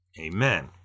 Amen